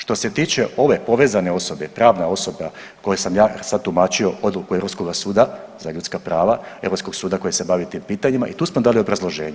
Što se tiče ove povezane osobe, pravne osobe koje sam ja sad tumačio odluku Europskoga suda za ljudska prava, europskog suda koji se bavi tim pitanjima i tu smo dali obrazloženje.